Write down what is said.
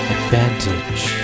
Advantage